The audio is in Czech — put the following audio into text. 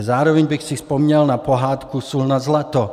Zároveň bych si vzpomněl na pohádku Sůl nad zlato.